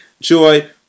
joy